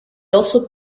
also